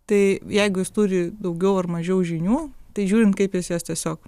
tai jeigu jis turi daugiau ar mažiau žinių tai žiūrint kaip jis jas tiesiog